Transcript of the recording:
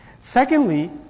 Secondly